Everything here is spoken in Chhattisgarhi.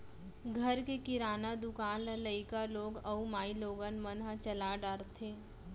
घर के किराना दुकान ल लइका लोग अउ माइलोगन मन ह चला डारथें